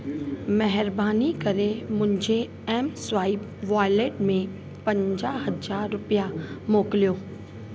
महिरबानी करे मुंहिंजे एमस्वाइप वॉलेट में पंजाहु हज़ार रुपया मोकिलियो